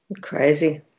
Crazy